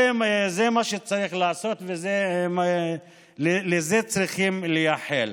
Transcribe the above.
זה מה שצריך לעשות ולזה צריכים לייחל.